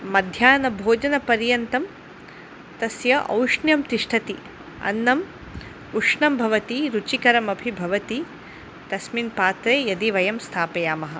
मध्याह्नभोजनपर्यन्तं तस्य औष्ण्यं तिष्ठति अन्नम् उष्णं भवति रुचिकरमपि भवति तस्मिन् पात्रे यदि वयं स्थापयामः